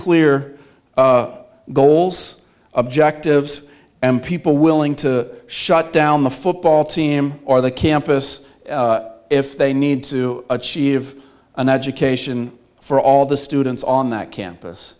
clear goals objectives and people willing to shut down the football team or the campus if they need to achieve an education for all the students on that campus